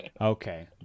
Okay